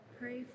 pray